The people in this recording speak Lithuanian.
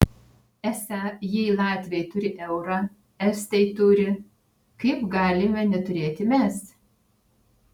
esą jei latviai turi eurą estai turi kaip galime neturėti mes